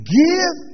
give